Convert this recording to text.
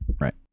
right